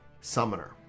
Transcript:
summoner